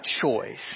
choice